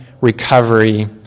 recovery